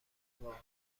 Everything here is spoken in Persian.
واقعا